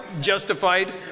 justified